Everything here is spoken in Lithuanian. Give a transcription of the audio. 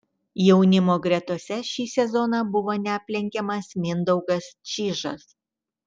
jaunimo gretose šį sezoną buvo neaplenkiamas mindaugas čyžas